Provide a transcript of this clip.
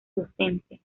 docente